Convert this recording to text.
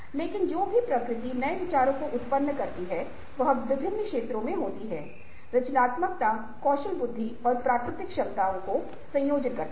लेकिन जो भी प्रकृति नए विचारों को उत्पन्न करती है वह विभिन्न क्षेत्रों में होती है रचनात्मकता कौशल बुद्धि और प्राकृतिक क्षमता ओं का संयोजन है